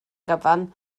gyfan